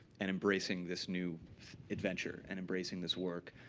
and embracing this new adventure, and embracing this work.